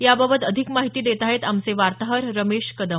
याबाबत अधिक माहिती देत आहेत आमचे वार्ताहर रमेश कदम